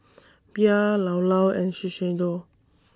Bia Llao Llao and Shiseido